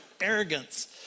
arrogance